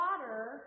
water